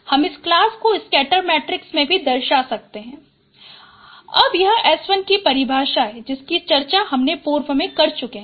हम इस क्लास को स्कैटर मैट्रिक्स में भी दर्शा सकते हैं अब यह S1 की परिभाषा है जिसकी चर्चा हम पूर्व में भी कर चुके हैं